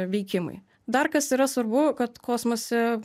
veikimui dar kas yra svarbu kad kosmose